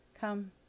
Come